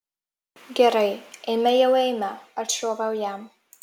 gerai eime jau eime atšoviau jam